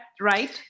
right